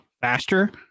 faster